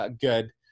good